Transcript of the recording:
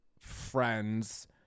friends